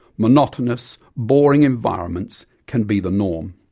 monotonous, boring environments can be the norm.